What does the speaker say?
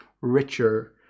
richer